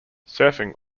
surfing